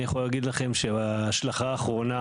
אני יכול להגיד לכם שההשלכה האחרונה